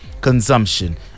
consumption